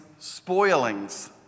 spoilings